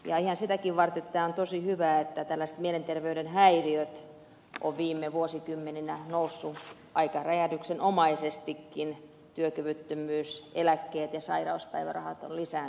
ihan sitäkin varten tämä on tosi hyvä että mielenterveyshäiriöt ovat viime vuosikymmeninä nousseet aika räjähdyksenomaisestikin työkyvyttömyyseläkkeet ja sairauspäivärahat ovat lisääntyneet